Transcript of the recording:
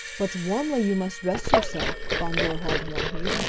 but warmly you must dress yourself, von gerhard warned me,